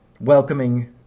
welcoming